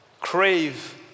crave